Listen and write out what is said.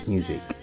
Music